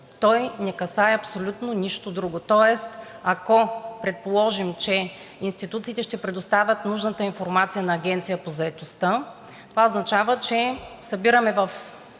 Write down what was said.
Той не касае абсолютно нищо друго, тоест, ако предположим, че институциите ще предоставят нужната информация на Агенцията по заетостта, това означава, че събираме в